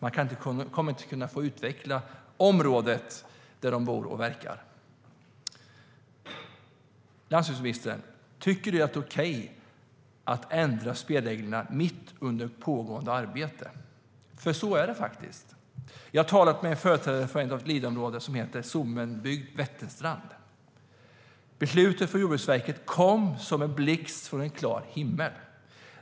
De kommer inte att kunna utveckla områdena där de bor och verkar. Landsbygdsministern! Tycker du att det är okej att ändra spelreglerna mitt under pågående arbete? Det är nämligen det man gör. Jag har talat med företrädare från ett Leaderområde som heter Sommenbygd-Vätterstrand. Beslutet från Jordbruksverket kom för dem som en blixt från klar himmel.